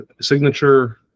signature